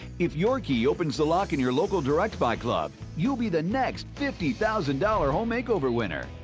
if your key opens the lock in your local directbuy club, you'll be the next fifty thousand dollar home makeover winner.